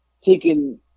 taking